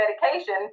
medication